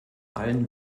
allen